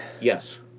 Yes